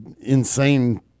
insane –